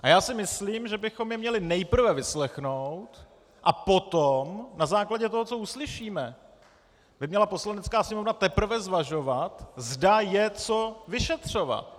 A já si myslím, že bychom je měli nejprve vyslechnout, a potom na základě toho, co uslyšíme, by měla Poslanecká sněmovna teprve zvažovat, zda je co vyšetřovat.